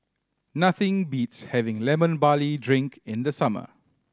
nothing beats having Lemon Barley Drink in the summer